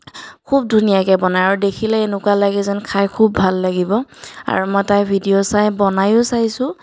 খুব ধুনীয়াকৈ বনায় আৰু দেখিলে এনেকুৱা লাগে যেন খাই খুব ভাল লাগিব আৰু মই তাইৰ ভিডিঅ' চাই বনায়ো চাইছোঁ